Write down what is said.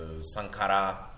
sankara